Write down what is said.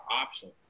options